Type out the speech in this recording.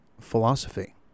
philosophy